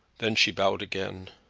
then she bowed again.